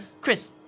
Chris